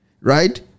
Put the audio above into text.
right